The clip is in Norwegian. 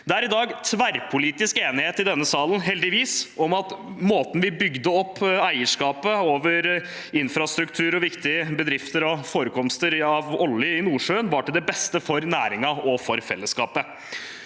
Det er i dag heldigvis tverrpolitisk enighet i denne salen om at måten vi bygde opp eierskapet over infrastruktur og viktige bedrifter og forekomster av olje i Nordsjøen, var til det beste for næringen og fellesskapet.